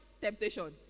temptation